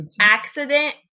accident